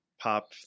Pop